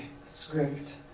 script